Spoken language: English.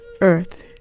Earth